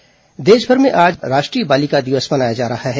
बालिका दिवस देश भर में आज राष्ट्रीय बालिका दिवस मनाया जा रहा है